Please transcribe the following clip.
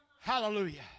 Hallelujah